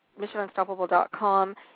missionunstoppable.com